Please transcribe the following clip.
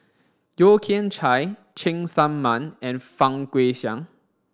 Yeo Kian Chai Cheng Tsang Man and Fang Guixiang